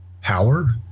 power